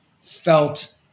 felt